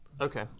okay